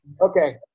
Okay